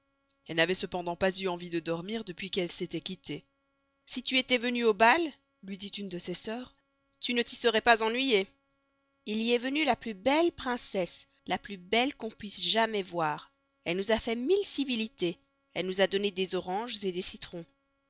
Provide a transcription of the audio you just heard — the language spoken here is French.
elle n'avoit cependant pas eu envie de dormir depuis qu'elles s'estoient quittées si tu estois venuë au bal luy dit une de ses sœurs tu ne t'y serais pas ennuyée il y est venu la plus belle princesse la plus belle qu'on puisse jamais voir elle nous a fait mille civilitez elle nous a donné des oranges des citrons